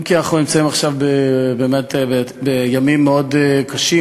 אם כי אנחנו נמצאים עכשיו בימים מאוד קשים,